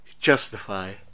justify